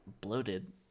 bloated